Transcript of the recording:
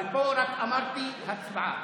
אבל פה רק אמרתי: הצבעה.